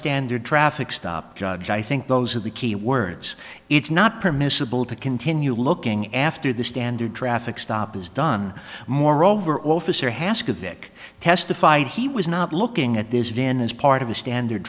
standard traffic stop judge i think those are the key words it's not permissible to continue looking after the standard traffic stop is done moreover officer haskell vic testified he was not looking at this van as part of the standard